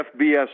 FBS